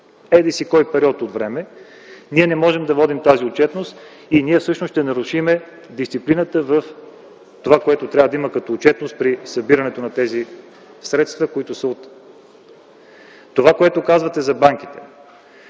еди-кой си период от време, ние не можем да водим тази отчетност и всъщност ще нарушим дисциплината в това, което трябва да има като отчетност при събирането на тези средства. Това, което казвате за банките